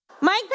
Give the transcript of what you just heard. Mike